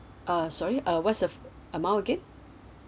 uh sorry uh what's the amount again